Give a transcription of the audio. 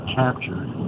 captured